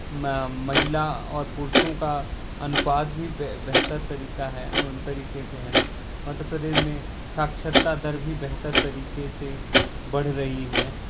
महिला और पुरूषों का अनुपात भी बेहतर तरीका है तरीके से है मध्य प्रदेश में साक्षरता दर भी बेहतर तरीके से बढ़ रही है